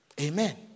Amen